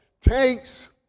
takes